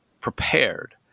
prepared